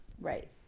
Right